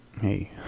Hey